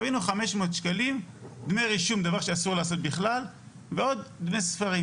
גבינו 500 שקלים דמי רישום דבר שאסור לעשות בכלל ועוד דמי ספרים